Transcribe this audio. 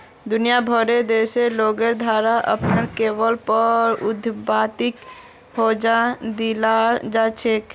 दुनिया भरेर देशत लोगेर द्वारे अपनार लेवलेर पर उद्यमिताक जगह दीयाल जा छेक